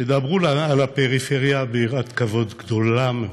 שתדברו על הפריפריה ביראת כבוד גדולה מאוד.